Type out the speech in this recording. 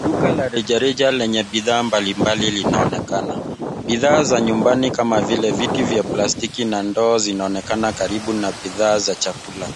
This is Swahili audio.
Duka la rejareja lenye bidhaa mbalimbali linaonekana. Bidhaa za nyumbani kama vile viti vya plastiki na ndoo vinaonekana karibu na bidhaa za chakula.